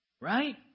right